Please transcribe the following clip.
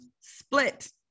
split